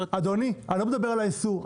אדוני, אני לא מדבר על האיסור.